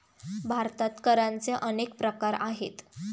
भारतात करांचे अनेक प्रकार आहेत